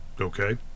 Okay